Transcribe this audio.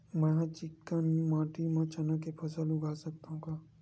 मै ह चिकना माटी म चना के फसल उगा सकथव का?